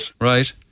right